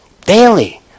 Daily